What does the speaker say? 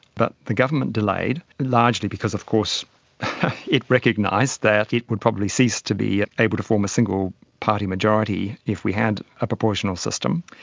but the government delayed, largely because of course it recognised that it would probably cease to be able to form a single party majority if we had a proportional system,